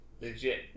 Legit